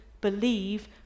believe